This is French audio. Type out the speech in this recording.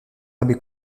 abbé